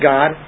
God